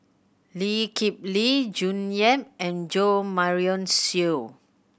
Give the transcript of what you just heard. Lee Kip Lee June Yap and Jo Marion Seow